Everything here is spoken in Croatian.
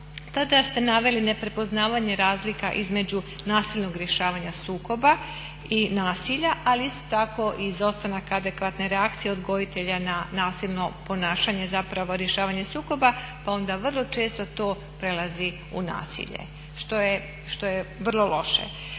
tada ste naveli neprepoznavanje razlika između nasilnog rješavanja sukoba i nasilja, ali isto tako izostanaka adekvatne reakcije odgojitelja na nasilno ponašanje, zapravo rješavanje sukoba pa onda vrlo često to prelazi u nasilje što je vrlo loše.